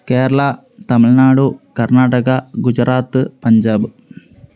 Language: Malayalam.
കേരള തമിഴ്നാടു കർണ്ണാടക ഗുജറാത്ത് പഞ്ചാബ്